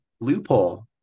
loophole